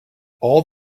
all